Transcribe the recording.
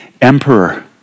emperor